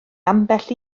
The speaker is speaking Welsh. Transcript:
ambell